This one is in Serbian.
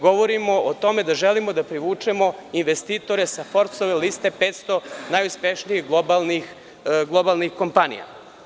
Govorim o tome da želimo da privučemo investitore sa Forbsove liste, 500 najuspešnijih globalnih kompanija.